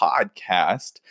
podcast